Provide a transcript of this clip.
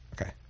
okay